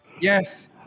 Yes